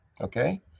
Okay